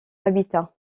habitat